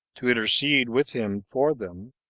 to intercede with him for them